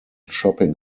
shopping